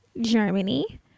Germany